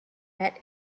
met